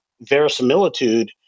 verisimilitude